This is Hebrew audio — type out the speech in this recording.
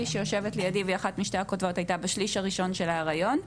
שהיא אחת משתי הכותבות הייתה בשליש הראשון של ההיריון.